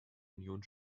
union